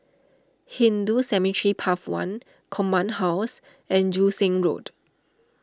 Hindu Cemetery Path one Command House and Joo Seng Road